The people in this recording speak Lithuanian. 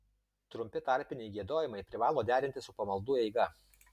trumpi tarpiniai giedojimai privalo derintis su pamaldų eiga